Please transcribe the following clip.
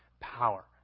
power